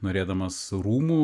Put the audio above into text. norėdamas rūmų